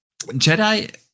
jedi